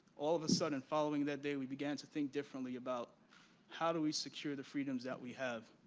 all the sudden following that day we began to think differently about how do we secure the freedoms that we have.